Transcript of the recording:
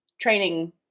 training